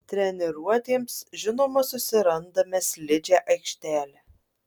treniruotėms žinoma susirandame slidžią aikštelę